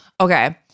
okay